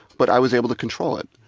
but i was able to control it.